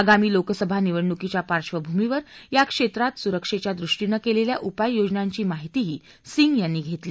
आगामी लोकसभा निवडणुकीच्या पार्श्वभूमीवर या क्षप्रप्रित सुरक्षष्ठी दृष्टीनक्रिलेखी उपाययोजनांची माहितीही सिंग यांनी घरली